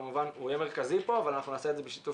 הוא יהיה מרכזי פה ואנחנו נעשה את זה בשיתוף